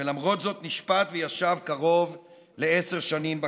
ולמרות זאת נשפט וישב קרוב לעשר שנים בכלא.